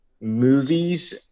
movies